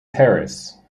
paris